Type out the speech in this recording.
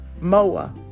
Moa